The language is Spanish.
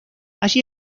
allí